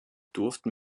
durften